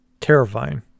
terrifying